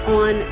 on